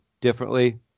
differently